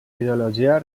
ideologia